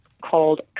called